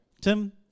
Tim